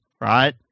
right